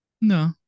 No